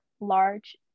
large